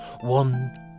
one